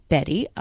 Betty